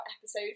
episode